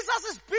Jesus